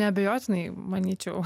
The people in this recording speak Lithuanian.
neabejotinai manyčiau